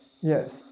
yes